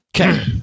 Okay